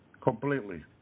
completely